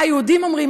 מה היהודים אומרים?